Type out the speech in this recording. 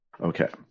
Okay